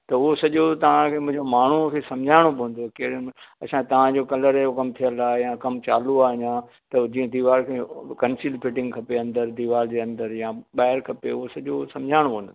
त उहो सॼो तव्हांखे मुंहिंजे माण्हूअ खे सम्झाइणो पवंदो कहिड़े में असांजो तव्हांजो कलर जो कमु थियलु आहे या कमु चालू आहे अञां अथव जीअं दीवार खे कंसील फिटिंग खपे अंदरु दीवार जे अंदरु या ॿाहिरि खपे उहो सॼो सम्झाइणो पवंदो तव्हांखे